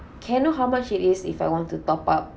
can I know how much it is if I want to top up